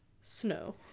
snow